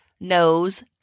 nose